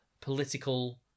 political